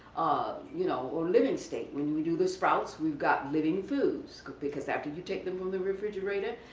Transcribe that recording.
you know living state. when you do the sprouts, we've got living foods because after you take them from the refrigerator,